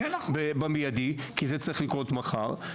אלא במידי כי זה צריך לקרות מחר.